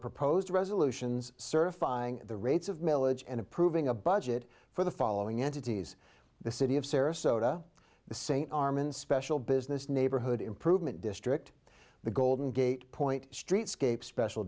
proposed resolutions certifying the rates of milledge and approving a budget for the following entities the city of sarasota the same arm and special business neighborhood improvement district the golden gate point streetscape special